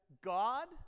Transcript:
God